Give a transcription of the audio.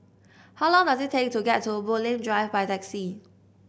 how long does it take to get to Bulim Drive by taxi